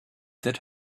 that